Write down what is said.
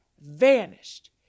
vanished